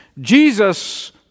Jesus